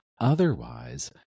Otherwise